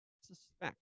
Suspect